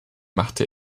machte